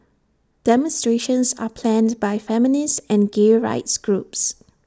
demonstrations are planned by feminist and gay rights groups